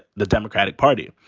the democratic party,